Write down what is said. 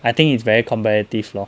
I think it's very competitive lor